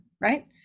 right